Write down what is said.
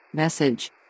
Message